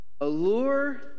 allure